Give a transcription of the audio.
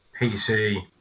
PC